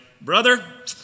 brother